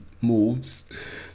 moves